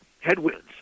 headwinds